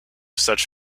such